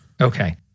Okay